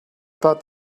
thought